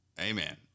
amen